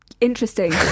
Interesting